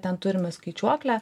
ten turime skaičiuoklę